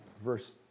verse